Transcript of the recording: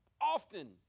often